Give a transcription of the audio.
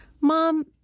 mom